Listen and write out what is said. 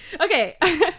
Okay